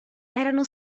erano